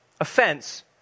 offense